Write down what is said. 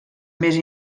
més